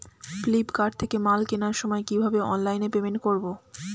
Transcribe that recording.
Flipkart থেকে মাল কেনার সময় কিভাবে অনলাইনে পেমেন্ট করব?